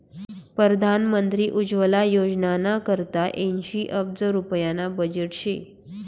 परधान मंत्री उज्वला योजनाना करता ऐंशी अब्ज रुप्याना बजेट शे